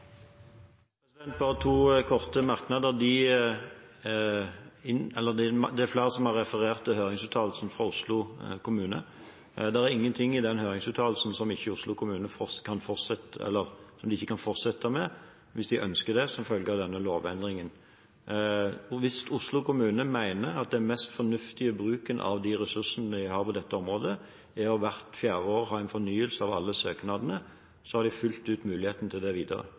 flere som har referert til høringsuttalelsen fra Oslo kommune. Det er ingenting i den høringsuttalelsen som ikke Oslo kommune kan fortsette med hvis de ønsker det som følge av denne lovendringen. Hvis Oslo kommune mener at den mest fornuftige bruken av de ressursene de har på dette området, er å ha en fornyelse av alle søknadene hvert fjerde år, har de fullt ut muligheten til det videre,